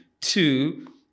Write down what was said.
Two